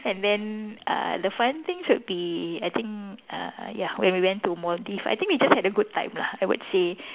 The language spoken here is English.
and then uh the fun thing should be I think uh ya when we went to Maldives I think we just had a good time I would say